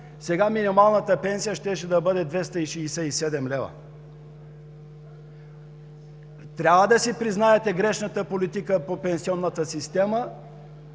сега минималната пенсия щеше да бъде 267 лв. Трябва да признаете грешната си политика по пенсионната система,